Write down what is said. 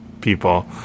people